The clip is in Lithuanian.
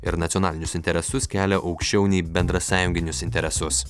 ir nacionalinius interesus kelia aukščiau nei bendrasąjunginius interesus